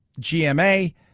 GMA